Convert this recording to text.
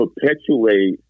perpetuate